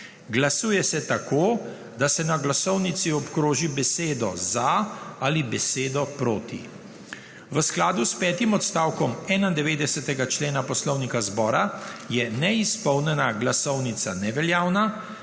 Glasuje se tako, da se na glasovnici obkroži besedo za ali besedo proti. V skladu s petim odstavkom 91. člena Poslovnika Državnega zbora je neizpolnjena glasovnica neveljavna,